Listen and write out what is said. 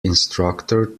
instructor